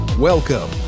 Welcome